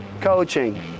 Coaching